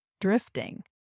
drifting